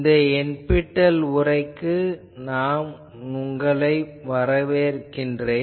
இந்த NPTEL உரைக்கு உங்களை வரவேற்கிறேன்